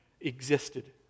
existed